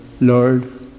Lord